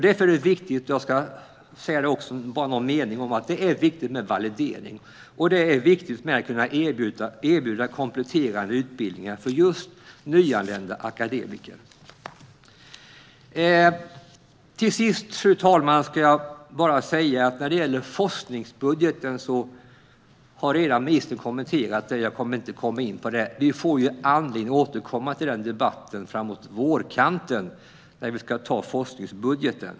Därför är det viktigt med validering och att kunna erbjuda kompletterande utbildningar för just nyanlända akademiker. Fru talman! När det gäller forskningsbudgeten har ministern redan kommenterat den. Jag kommer inte att komma in på den. Vi får anledning att återkomma till den debatten framåt vårkanten när vi ska ta forskningsbudgeten.